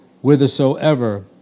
whithersoever